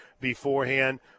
beforehand